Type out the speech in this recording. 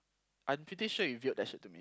I'm pretty sure you that to me